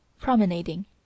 Promenading